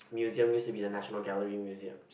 museum used to be the National Gallery museum